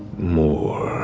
more.